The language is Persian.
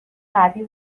قوی